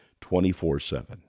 24-7